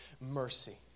mercy